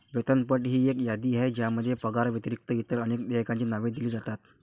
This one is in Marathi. वेतनपट ही एक यादी आहे ज्यामध्ये पगाराव्यतिरिक्त इतर अनेक देयकांची नावे दिली जातात